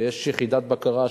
ויש יחידת בקרה,